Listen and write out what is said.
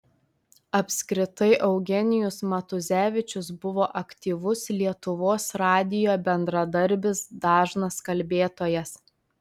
apskritai eugenijus matuzevičius buvo aktyvus lietuvos radijo bendradarbis dažnas kalbėtojas